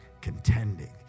contending